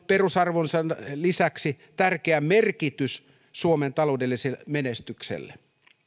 perusarvonsa lisäksi tärkeä merkitys suomen taloudelliselle menestykselle